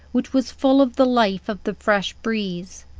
which was full of the life of the fresh breeze.